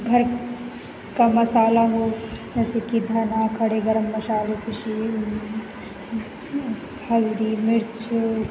घर का मसाला हो जैसे कि धना कढ़ी गर्म मसाले की शीर हल्दी मिर्च